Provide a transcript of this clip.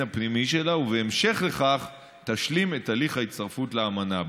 הפנימי שלה ובהמשך לכך תשלים את הליך ההצטרפות לאמנה.